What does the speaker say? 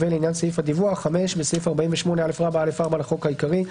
5. לעניין סעיף הדיווח - בסעיף 48א(א)(4) לחוק העיקרי,